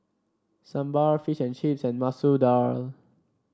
Sambar Fish and Chips and Masoor Dal